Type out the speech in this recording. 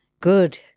Good